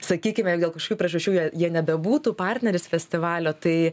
sakykime dėl kažkokių priežasčių jei jie nebebūtų partneris festivalio tai